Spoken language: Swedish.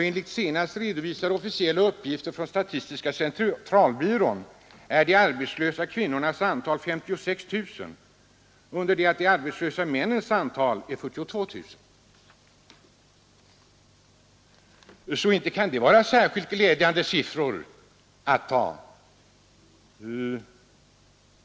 Enligt senaste redovisade officiella uppgifter från statistiska centralbyrån är de arbetslösa kvinnornas antal 56 000, under det att de arbetslösa männens antal är 42 000. Inte kan det vara särskilt glädjande siffror att ta fram.